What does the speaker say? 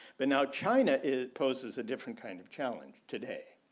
but now china, it poses a different kind of challenge today.